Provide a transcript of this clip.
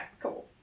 cool